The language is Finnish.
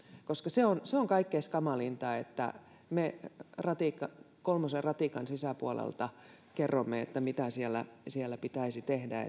koska se on se on kaikista kamalinta että me kolmosen ratikan sisäpuolelta kerromme mitä siellä pitäisi tehdä